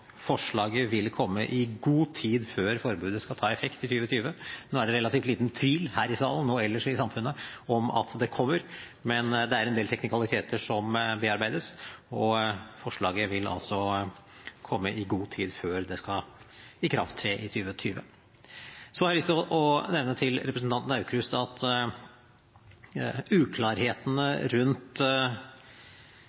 forslaget vil komme i god tid før forbudet skal ha effekt i 2020. Nå er det relativt liten tvil her i salen og ellers i samfunnet om at det kommer, men det er en del teknikaliteter som bearbeides, og forslaget vil altså komme i god tid før det skal tre i kraft i 2020. Så har jeg lyst til å nevne til representanten Aukrust at uklarhetene